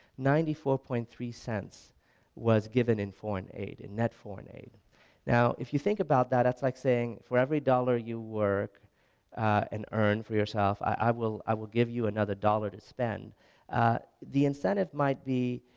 ninety four point three cents was given in foreign aid, in net foreign aid now if you think about that that's like sayign for every dollar you work and earn for yourself i will i will give you another dollar to spend the incentive might be,